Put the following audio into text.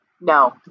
No